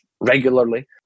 regularly